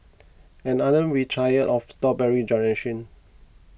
and aren't we tired of the strawberry generation